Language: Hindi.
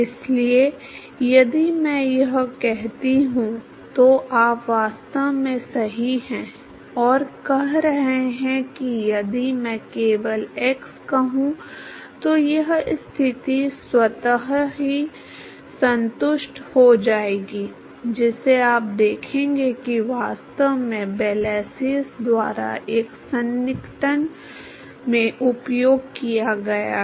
इसलिए यदि मैं यह कहता हूं तो आप वास्तव में सही हैं और कह रहे हैं कि यदि मैं केवल x कहूं तो यह स्थिति स्वतः ही संतुष्ट हो जाएगी जिसे आप देखेंगे कि वास्तव में Blasius द्वारा एक सन्निकटन में उपयोग किया गया है